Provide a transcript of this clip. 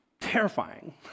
terrifying